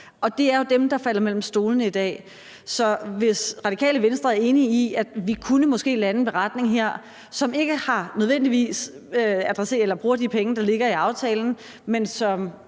Det er jo dem, der falder ned mellem stolene i dag. Så hvis Radikale Venstre enig i, at vi måske kunne lande en beretning her, som ikke nødvendigvis bruger de penge, der ligger i aftalen, men som